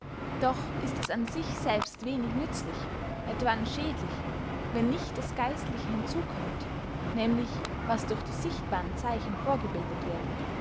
doch ist es an sich selbst wenig nützlich etwann schädlich wenn nicht das geistliche hinzukömmt nämlich was durch die sichtbaren zeichen vorgebildet wird